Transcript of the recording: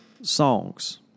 songs